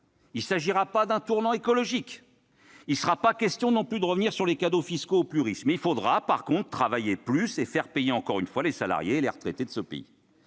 social ni d'un tournant écologique. Il ne sera pas question non plus de revenir sur les cadeaux fiscaux aux plus riches, mais il faudra en revanche travailler plus et faire payer encore une fois les salariés et les retraités de ce pays